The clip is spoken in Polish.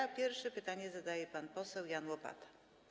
Jako pierwszy pytanie zadaje pan poseł Jan Łopata.